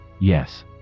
Yes